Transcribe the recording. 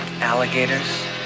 Alligators